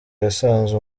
yasanze